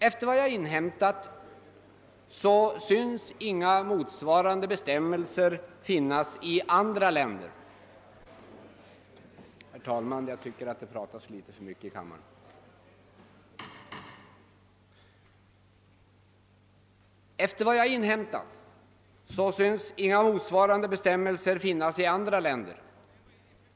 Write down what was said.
Efter vad jag inhämtat synes inga motsvarande bestämmelser finnas i andra länder.